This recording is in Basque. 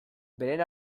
beren